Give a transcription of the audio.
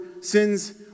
sins